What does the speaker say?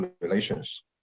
relations